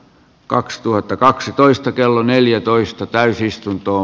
kaksituhattakaksitoista kello neljätoista täysistunto